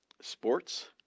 sports